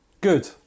Good